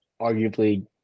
arguably